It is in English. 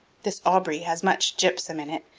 this aubrey has much gypsum in it,